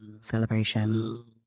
celebration